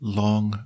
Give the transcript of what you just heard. long